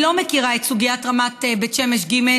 אני לא מכירה את סוגיית רמת בית שמש ג'.